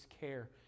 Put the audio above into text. care